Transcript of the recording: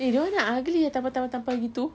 eh don't want ah ugly ah tampal tampal tampal gitu